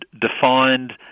defined